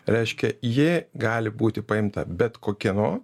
reiškia ji gali būti paimta bet kokia nu